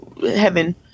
heaven